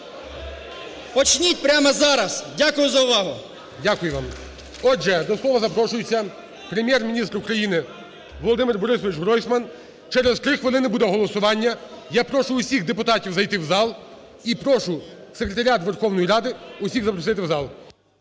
Почніть прямо зараз. Дякую за увагу. ГОЛОВУЮЧИЙ. Дякую вам. Отже, до слова запрошується Прем’єр-міністр України Володимир Борисович Гройсман. Через три хвилини буде голосування. Я прошу всіх депутатів зайти в зал і прошу Секретаріат Верховної Ради всіх запросити в зал.